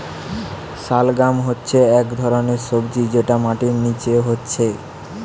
শালগাম হচ্ছে একটা ধরণের সবজি যেটা মাটির নিচে হচ্ছে